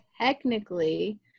technically